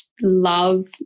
love